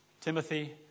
Timothy